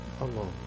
alone